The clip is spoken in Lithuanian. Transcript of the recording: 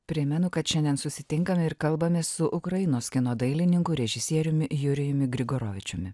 primenu kad šiandien susitinkame ir kalbamės su ukrainos kino dailininku režisieriumi jurijumi grigaravičiumi